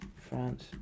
France